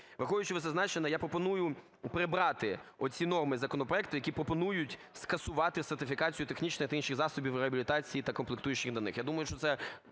Виходячи з вищезазначеного, я пропоную прибрати оці норми законопроекту, які пропонують скасувати сертифікацію технічних та інших засобів реабілітації та комплектуючих до них.